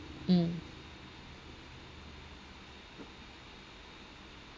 mm